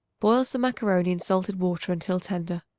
boil some macaroni in salted water until tender.